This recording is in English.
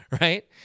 right